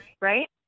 right